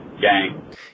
Gang